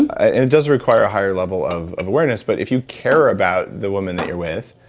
and it does require a higher level of of awareness. but if you care about the woman that you're with,